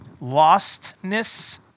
Lostness